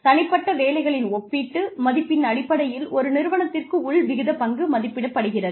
தனிப்பட்ட வேலைகளின் ஒப்பீட்டு மதிப்பின் அடிப்படையில் ஒரு நிறுவனத்திற்கு உள் விகிதப்பங்கு மதிப்பிடப்படுகிறது